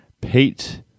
Pete